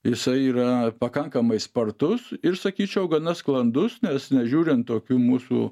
jisai yra pakankamai spartus ir sakyčiau gana sklandus nes nežiūrint tokių mūsų